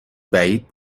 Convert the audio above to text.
بعید